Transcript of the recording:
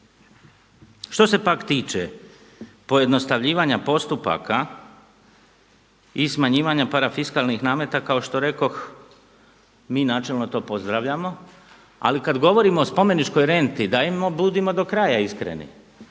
Što se pak tiče pojednostavljivanja postupaka i smanjivanja parafiskalnih nameta kao što rekoh mi načelno to pozdravljamo. Ali kada govorimo o spomeničkoj renti dajmo, budimo do kraja iskreni.